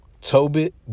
Tobit